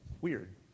weird